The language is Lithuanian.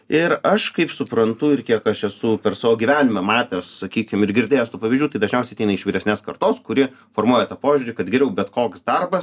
ir aš kaip suprantu ir kiek aš esu per savo gyvenimą matęs sakykim ir girdėjęs tų pavyzdžių tai dažniausiai ateina iš vyresnės kartos kuri formuoja tą požiūrį kad geriau bet koks darbas